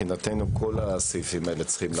מבחינתנו, כל הסעיפים האלה צריכים לרדת.